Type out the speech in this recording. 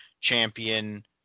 champion